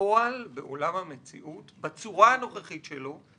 שבעולם המציאות בצורה הנוכחית שלו,